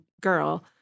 girl